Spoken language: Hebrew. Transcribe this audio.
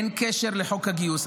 אין קשר לחוק הגיוס.